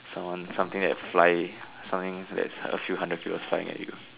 someone something that fly something that is a few hundred kilos that is flying at you